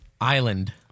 island